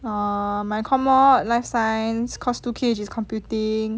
err my core mod life science course two cage is computing